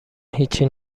هیچی